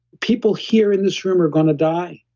people here in this room are going to die.